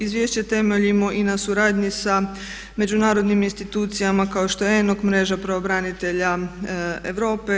Izvješće temeljimo i na suradnji Međunarodnim institucijama kao što je … mreža pravobranitelja Europe,